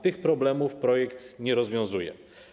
Tych problemów projekt nie rozwiązuje.